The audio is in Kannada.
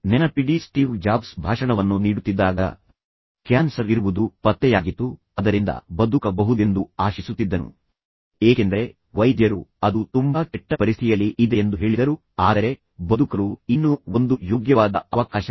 ನೆನಪಿಡಿ ಸ್ಟೀವ್ ಜಾಬ್ಸ್ ಈ ಆರಂಭ ಭಾಷಣವನ್ನು ನೀಡುತ್ತಿದ್ದಾಗ ಆತನ ಭಾಷಣದಲ್ಲಿ ಆತನಿಗೆ ಕ್ಯಾನ್ಸರ್ ಇರುವುದು ಪತ್ತೆಯಾಗಿದೆ ಎಂದು ತಿಳಿದಿತ್ತು ಆದರೆ ಆತ ಇನ್ನೂ ಕ್ಯಾನ್ಸರ್ ನಿಂದ ಬದುಕ ಬಹುದೆಂದು ಆಶಿಸುತ್ತಿದ್ದನು ಏಕೆಂದರೆ ವೈದ್ಯರು ಅದು ತುಂಬಾ ಕೆಟ್ಟ ಪರಿಸ್ಥಿಯಲ್ಲಿ ಇದೆ ಎಂದು ಹೇಳಿದರು ಆದರೆ ಬದುಕಲು ಇನ್ನೂ ಒಂದು ಯೋಗ್ಯವಾದ ಅವಕಾಶವಿದೆ